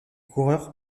coureurs